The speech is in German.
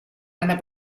einer